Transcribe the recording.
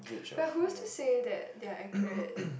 but who is to say that they are accurate